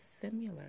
similar